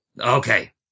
Okay